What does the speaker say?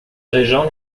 régent